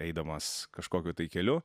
eidamas kažkokiu tai keliu